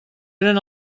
eren